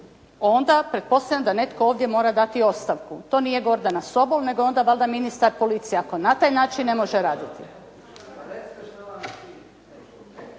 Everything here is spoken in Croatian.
onda pretpostavljam da netko ovdje mora dati ostavku. To nije Gordana Sobol nego je onda valjda ministar policije ako na taj način ne može raditi.